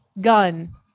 Gun